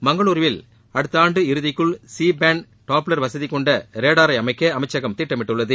மங்களுரில் அடுத்த ஆண்டு இறுதிக்குள் சி பேண்ட் டாப்லர் வசதிகொண்ட ரேடாரை அமைக்க அமைச்சகம் திட்டமிட்டுள்ளது